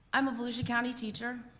i'm a volusia county teacher,